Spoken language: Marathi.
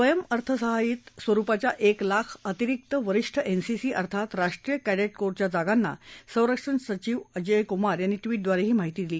स्वयंअर्थसहायियत स्वरुपाच्या एक लाख अतिरिक्त वरिष्ठ एनसीसी अर्थात राष्ट्रीय कॅडेटकोरच्या जागांना संरक्षण सचिव अजय कुमार यांनी ट्विटद्वारे ही माहिती दिली